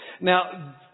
Now